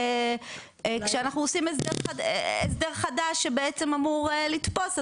וכשאנחנו עושים הסדר חדש שבעצם אמור לתפוס,